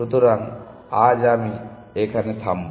সুতরাং আজ আমি এখানে থামব